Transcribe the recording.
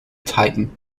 titan